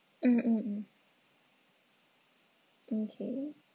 mm mm mm mm okay